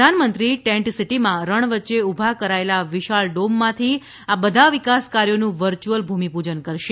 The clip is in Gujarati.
પ્રધાનમંત્રી ટેન્ટસિટીમાં રણ વચ્ચે ઉભા કરાયેલા વિશાળ ડોમમાંથી આ બધા વિકાસ કાર્યોનું વર્ચ્યુઅલ ભૂમિપૂજન કરશે